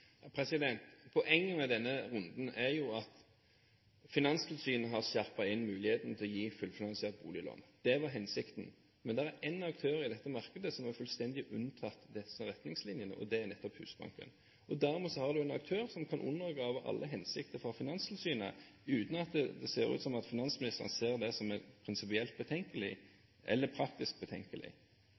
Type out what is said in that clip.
Poenget med denne runden er jo at Finanstilsynet har skjerpet inn muligheten til å gi fullfinansiert boliglån; det har vært hensikten. Men det er én aktør i dette markedet som er fullstendig unntatt disse retningslinjene, og det er nettopp Husbanken. Dermed har man en aktør som kan undergrave alle hensikter fra Finanstilsynet, uten at det ser ut til at finansministeren ser det som prinsipielt betenkelig eller praktisk betenkelig.